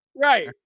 right